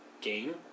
game